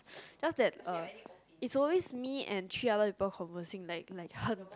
just that uh it's always me and three other people conversing like like (huh)